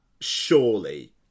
surely